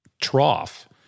trough